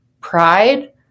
pride